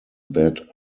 bad